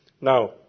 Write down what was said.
Now